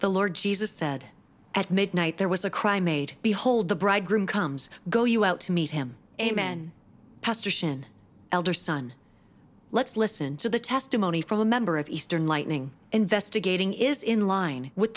the lord jesus said at midnight there was a cry made behold the bridegroom comes go you out to meet him amen pastor elder son let's listen to the testimony from a member of eastern lightning investigating is in line with